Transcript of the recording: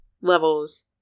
levels